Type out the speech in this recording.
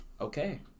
okay